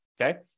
Okay